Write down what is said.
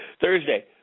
Thursday